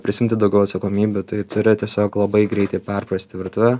prisiimti daugiau atsakomybių tai turi tiesiog labai greitai perprasti virtuvę